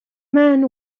men